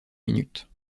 minutes